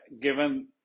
given